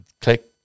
click